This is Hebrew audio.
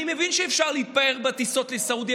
אני מבין שאפשר להתפאר בטיסות לסעודיה,